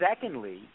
secondly